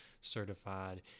certified